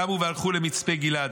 קמו והלכו למצפה גלעד,